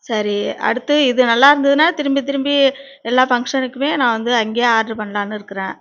சரி அடுத்து இது நல்லாயிருந்துதுன்னா திரும்பி திரும்பி எல்லா ஃபங்க்ஷனுக்கும் நான் வந்து அங்கேயே ஆர்ட்ரு பண்ணலாம்னு இருக்கிறேன்